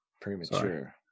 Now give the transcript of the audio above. premature